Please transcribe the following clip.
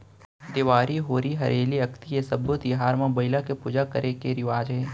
देवारी, होरी हरेली, अक्ती ए सब्बे तिहार म बइला के पूजा करे के रिवाज हे